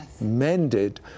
mended